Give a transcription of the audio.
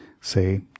say